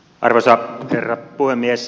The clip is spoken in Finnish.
arvoisa herra puhemies